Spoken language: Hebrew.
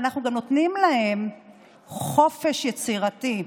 ואנחנו גם נותנים להם חופש יצירתי.